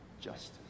justice